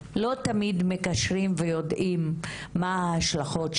אני יודעת שחייבת להגיד את זה,